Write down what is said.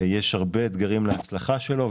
יש הרבה אתגרים להצלחה שלו,